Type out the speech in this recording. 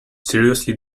seriously